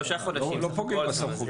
לא פוגעים בסמכות.